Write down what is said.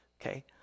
okay